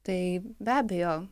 tai be abejo